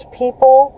people